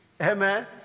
Amen